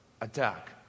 attack